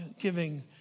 giving